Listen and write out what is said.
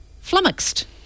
flummoxed